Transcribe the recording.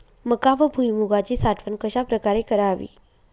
मका व भुईमूगाची साठवण कशाप्रकारे करावी?